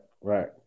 right